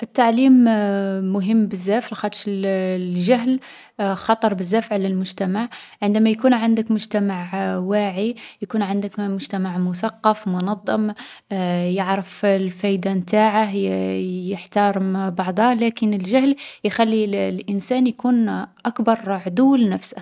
التعليم مهم بزاف لاخطش الـ الجهل خطر بزاف على المجتمع. عندما يكون عندك مجتمع واعي يكون عندك مجتمع مثقف منظم يعرف الفايدة نتاعه يـ يحترم بعضاه. لكن الجهل يخلي الـ الانسان يكون أكبر عدو لنفسه.